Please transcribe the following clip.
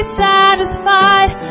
satisfied